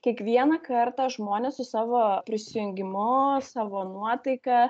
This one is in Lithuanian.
kiekvieną kartą žmonės su savo prisijungimu savo nuotaika